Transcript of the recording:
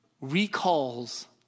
recalls